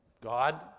God